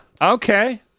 Okay